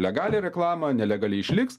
legalią reklamą nelegali išliks